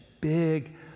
big